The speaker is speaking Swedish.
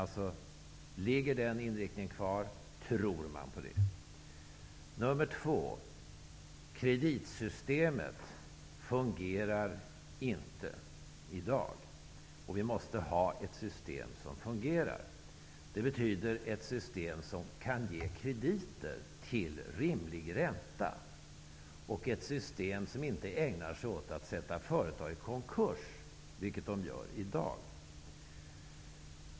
Men jag vill veta om inriktningen finns kvar och om han tror på den. 2.Kreditsystemet fungerar inte i dag. Vi måste ha ett system som fungerar. Det betyder att det skall vara ett system som innebär att man kan ge krediter till rimlig ränta. Det skall vara ett system som inte gör att företag försätts i konkurs, vilket de gör i dag.